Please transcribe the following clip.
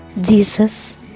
jesus